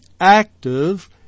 active